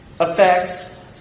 effects